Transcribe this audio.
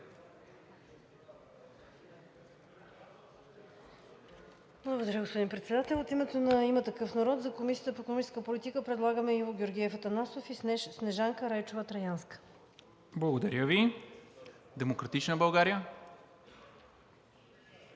Благодаря Ви. „Демократична България“?